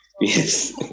yes